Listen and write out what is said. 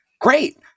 great